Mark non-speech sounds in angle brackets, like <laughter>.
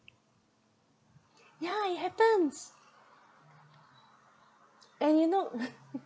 yeah it happens and you know <laughs>